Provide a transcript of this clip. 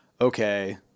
okay